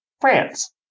France